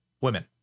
women